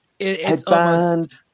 Headband